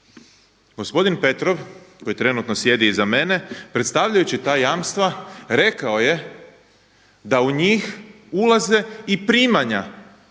Gospodin Petrov koji trenutno sjedi iza mene predstavljajući ta jamstva rekao je da u njih ulaze i primanja